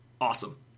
awesome